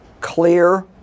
clear